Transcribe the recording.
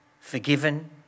forgiven